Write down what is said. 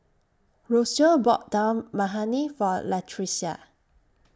Rocio bought Dal Makhani For Latricia